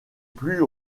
plus